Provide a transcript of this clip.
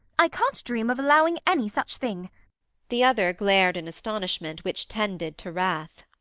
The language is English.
i can't dream of allowing any such thing the other glared in astonishment, which tended to wrath.